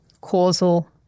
Causal